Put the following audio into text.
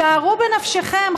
שערו בנפשכם,